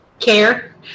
care